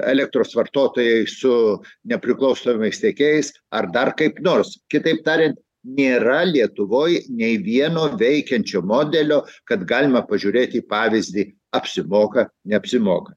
elektros vartotojai su nepriklausomais tiekėjais ar dar kaip nors kitaip tariant nėra lietuvoj nei vieno veikiančio modelio kad galima pažiūrėt į pavyzdį apsimoka neapsimoka